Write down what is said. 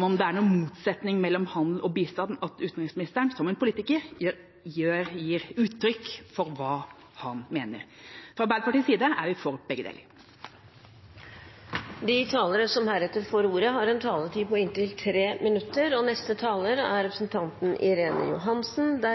om det er noen motsetning mellom handel og bistand – gir uttrykk for hva han mener. Fra Arbeiderpartiets side er vi for begge deler. De talere som heretter får ordet, har en taletid på inntil 3 minutter.